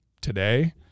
today